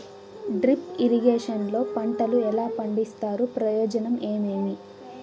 Drip irrigation లో పంటలు ఎలా పండిస్తారు ప్రయోజనం ఏమేమి?